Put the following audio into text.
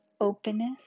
openness